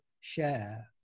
share